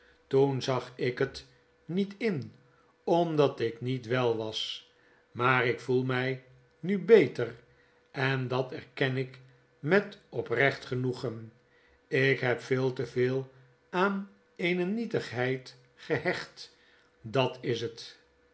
toen zag ik het niet in omdat ik niet wel was maar ik voel mij nu beter en dat erken ik met oprecht genoegen ik heb veel te veel aan eene nietigheid gehecht dat is het